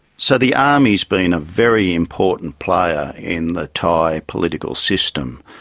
so the army has been a very important player in the thai political system.